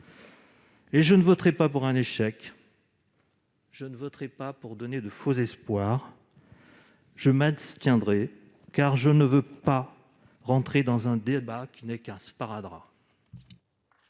Je ne voterai pas pour un échec. Je ne voterai pas pour donner de faux espoirs. Je m'abstiendrai, car je ne veux pas entrer dans un débat qui n'est qu'un sparadrap.